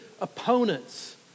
opponents